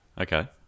Okay